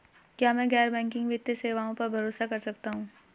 क्या मैं गैर बैंकिंग वित्तीय सेवाओं पर भरोसा कर सकता हूं?